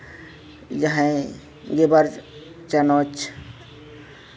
ᱡᱟᱦᱟᱸᱭ ᱜᱮᱞᱵᱟᱨ ᱪᱟᱱᱟᱪ